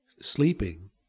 sleeping